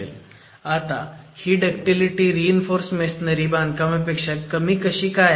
आता ही ductility reinforce masonry बांधकामापेक्षा कमी कशी काय आहे